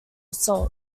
assault